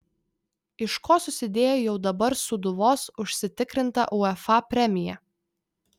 iš ko susidėjo jau dabar sūduvos užsitikrinta uefa premija